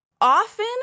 often